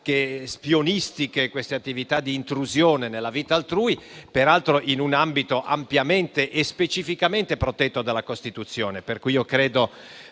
spionistiche e di intrusione nella vita altrui, peraltro in un ambito ampiamente e specificamente protetto dalla Costituzione. Auspico